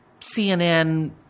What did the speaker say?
CNN